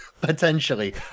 potentially